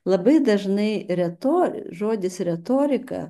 labai dažnai retor žodis retorika